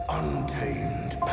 untamed